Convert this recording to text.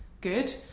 good